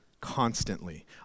constantly